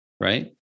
right